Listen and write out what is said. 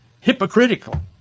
hypocritical